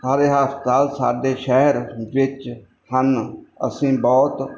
ਸਾਰੇ ਹਸਪਤਾਲ ਸਾਡੇ ਸ਼ਹਿਰ ਵਿੱਚ ਹਨ ਅਸੀਂ ਬਹੁਤ